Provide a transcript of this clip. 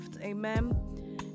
amen